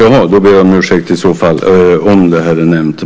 Jaha. Om det är nämnt ber jag om ursäkt.